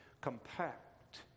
compact